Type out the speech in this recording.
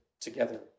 together